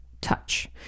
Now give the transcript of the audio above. touch